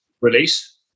release